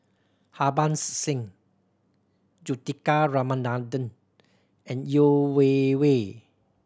Harbans Singh Juthika Ramanathan and Yeo Wei Wei